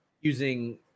using